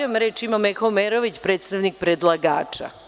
Reč ima Meho Omerović, predstavnik predlagača.